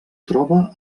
troba